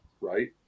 right